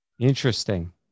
interesting